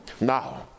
now